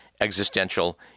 existential